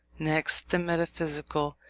next the metaphysical,